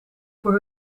voor